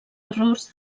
errors